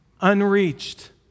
unreached